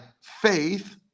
faith